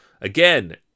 Again